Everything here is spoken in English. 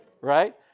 Right